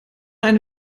eine